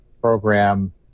program